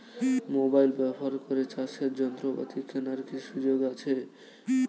Mobile ব্যবহার করে চাষের যন্ত্রপাতি কেনার কি সুযোগ সুবিধা আছে?